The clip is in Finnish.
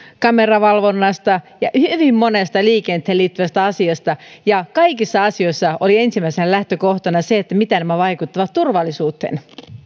kameravalvonnasta hyvin monesta liikenteeseen liittyvästä asiasta ja kaikissa asioissa oli ensimmäisenä lähtökohtana se miten ne vaikuttavat turvallisuuteen